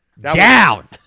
Down